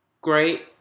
great